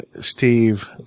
Steve